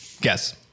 Guess